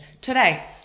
Today